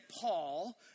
Paul